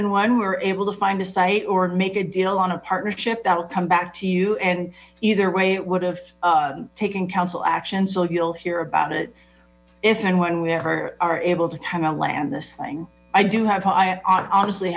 and when we're able to find a site or make a deal on a partnership that will come back to you and either way it would have taken council action so you'll hear about it if and when we ever are able to kind of land this thing i do have i honestly